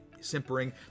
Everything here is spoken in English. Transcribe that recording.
simpering